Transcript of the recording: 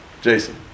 Jason